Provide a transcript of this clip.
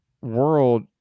world